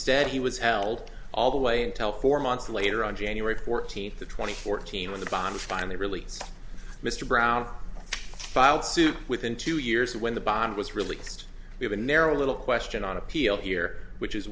ad he was held all the way intel four months later on january fourteenth the twenty fourteen when the bonds finally released mr brown filed suit within two years when the bond was released we have a narrow little question on appeal here which is